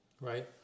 Right